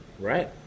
Right